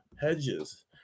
Hedges